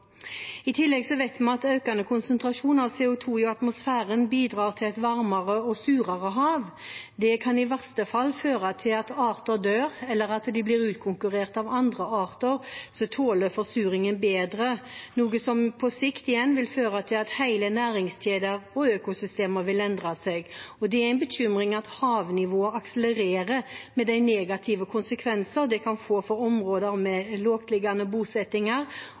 I tillegg vet vi at økende konsentrasjon av CO 2 i atmosfæren bidrar til et varmere og surere hav. Det kan i verste fall føre til at arter dør, eller at de blir utkonkurrert av andre arter som tåler forsuringen bedre, noe som på sikt igjen vil føre til at hele næringskjeder og økosystemer vil endre seg. Det er en bekymring at havnivået akselererer, med de negative konsekvenser det kan få for områder med lavtliggende bosettinger